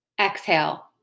Exhale